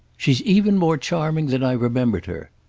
she's even more charming than i remembered her.